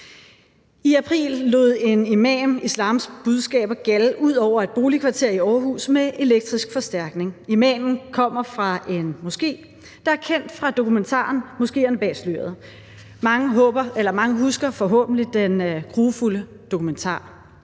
I april lod en imam islams budskaber gjalde ud over et boligkvarter i Aarhus med elektrisk forstærkning. Imamen kommer fra en moské, der er kendt fra dokumentaren »Moskeerne bag sløret«; mange husker forhåbentlig den grufulde dokumentar.